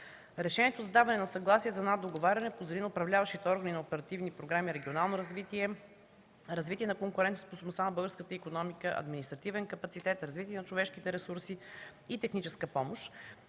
Решението за даване на съгласие за наддоговаряне позволи на управляващите органи на оперативни програми „Регионално развитие”, „Развитие на конкурентоспособността на българската икономика”, „Административен капацитет”, „Развитие на човешките ресурси” и „Техническа помощ”